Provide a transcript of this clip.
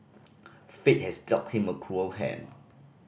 fate has dealt him a cruel hand